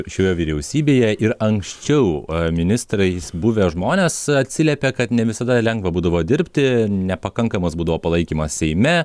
šioje vyriausybėje ir anksčiau a ministrais buvę žmonės atsiliepė kad ne visada lengva būdavo dirbti nepakankamas būdavo palaikymas seime